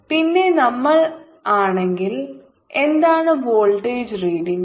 പിന്നെ നമ്മൾ ആണെങ്കിൽ എന്താണ് വോൾട്ടേജ് റീഡിംഗ്